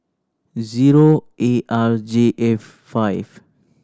zero A R J F five